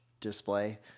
display